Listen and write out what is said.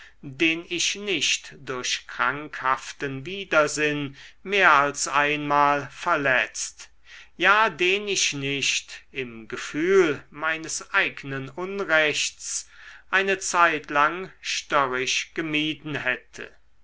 den ich nicht durch krankhaften widersinn mehr als einmal verletzt ja den ich nicht im gefühl meines eignen unrechts eine zeitlang störrisch gemieden hätte